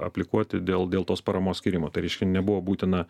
aplikuoti dėl dėl tos paramos skyrimo tai reiškia nebuvo būtina